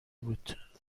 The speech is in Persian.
بود